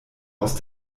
aus